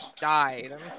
died